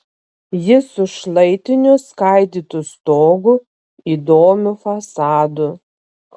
jis su šlaitiniu skaidytu stogu įdomiu fasadu